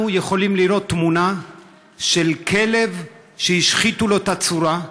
אנחנו יכולים לראות תמונה של כלב שהשחיתו לו את הצורה,